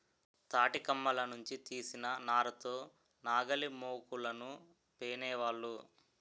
తాటికమ్మల నుంచి తీసిన నార తో నాగలిమోకులను పేనేవాళ్ళు